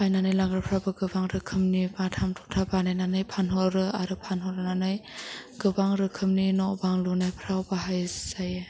बायनानै लांग्राफ्राबो गोबां रोखोमनि बाथाम थगथा बानायनानै फानहरो आरो फानहरनानै गोबां रोखोमनि न' बां लुनायफ्राव बाहाय जायो